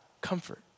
comfort